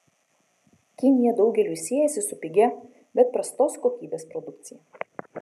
kinija daugeliui siejasi su pigia bet prastos kokybės produkcija